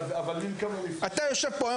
אתה (צביקה פוגל) יושב פה,